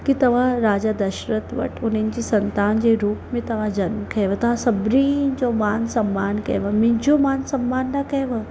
के तव्हां राजा दशरथ वटि उन्हनि जी संतान जे रूप में तव्हां जनमु खंयो तव्हां सभिनी जो मान सम्मान कयो मुंहिंजो मान सम्मान न कयव